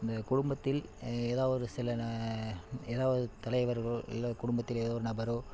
இந்த குடும்பத்தில் ஏதாவது ஒரு சில ஏதாவது ஒரு தலைவர்கள் இல்லை குடும்பத்தில் ஏதோ ஒரு நபரோ